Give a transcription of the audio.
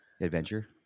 adventure